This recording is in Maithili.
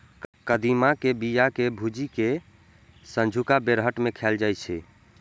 कदीमा के बिया कें भूजि कें संझुका बेरहट मे खाएल जाइ छै